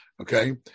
Okay